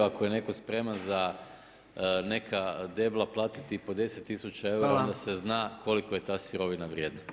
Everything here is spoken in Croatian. Ako je netko spreman za neka debla platiti po 10 tisuća eura onda se zna koliko je ta sirovina vrijedna.